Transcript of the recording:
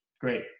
Great